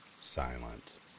Silence